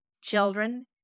children